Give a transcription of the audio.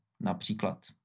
například